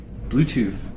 bluetooth